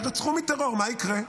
יירצחו מטרור, מה יקרה?